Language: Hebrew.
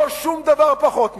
לא שום דבר פחות מזה.